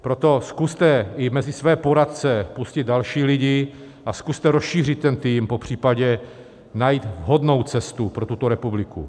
Proto zkuste i mezi své poradce pustit další lidi a zkuste rozšířit tým, popřípadě najít vhodnou cestu pro tuto republiku.